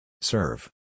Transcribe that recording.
Serve